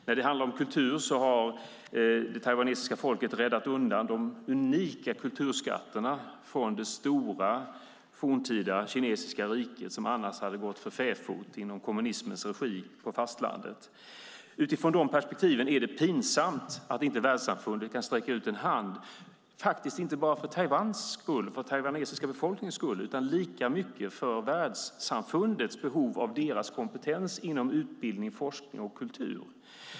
När det handlar om kultur har det taiwanesiska folket räddat de unika kulturskatterna från det stora forntida kinesiska riket som annars hade legat för fäfot inom kommunismens regi på fastlandet. Utifrån dessa perspektiv är det pinsamt att världssamfundet inte kan sträcka ut en hand, faktiskt inte bara för Taiwans och den taiwanesiska befolkningens skull utan lika mycket för världssamfundets behov av deras kompetens inom utbildning, forskning och kultur.